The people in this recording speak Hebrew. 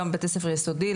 גם בתי ספר יסודי,